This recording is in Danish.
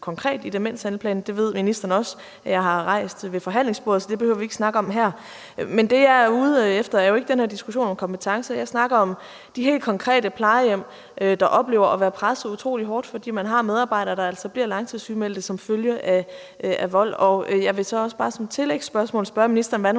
konkret i demenshandleplanen, og ministeren ved også, at jeg har rejst det ved forhandlingsbordet, så det behøver vi ikke snakke om her. Men det, jeg er ude efter, er jo ikke den her diskussion om kompetencer – jeg snakker om de helt konkrete plejehjem, der oplever at være presset utrolig hårdt, fordi de altså har medarbejdere, der bliver langtidssygemeldt som følge af vold. Jeg vil så også bare som tillægsspørgsmål spørge ministeren om, hvordan